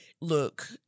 Look